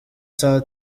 saa